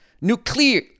Nuclear